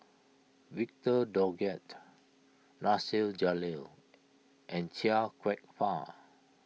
Victor Doggett Nasir Jalil and Chia Kwek Fah